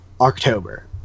October